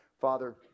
Father